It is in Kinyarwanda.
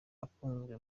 akunzwe